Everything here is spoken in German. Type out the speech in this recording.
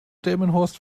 delmenhorst